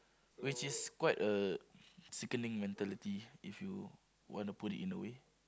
which is quite a sickening mentality if you want to put it in a way